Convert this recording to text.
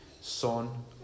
son